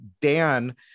Dan